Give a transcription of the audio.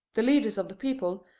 the leaders of the people,